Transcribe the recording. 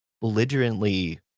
belligerently